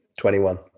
21